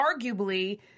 arguably